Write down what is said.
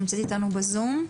שנמצאת איתנו בזום.